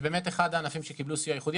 זה באמת אחד הענפים שקיבלו סיוע ייחודי,